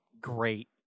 Great